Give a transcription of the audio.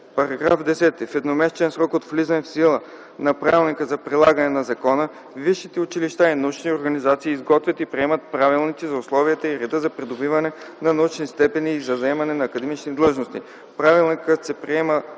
§ 10: „§ 10. В едномесечен срок от влизане в сила на правилника за прилагане на закона висшите училища и научни организации изготвят и приемат правилници за условията и реда за придобиване на научни степени и заемане на академични длъжности. Правилникът се приема